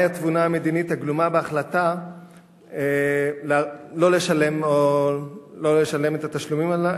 2. מה היא התבונה המדינית הגלומה בהחלטה שלא לשלם את התשלומים האלו?